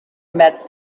met